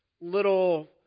little